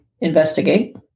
investigate